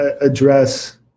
address